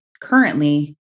currently